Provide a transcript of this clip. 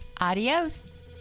adios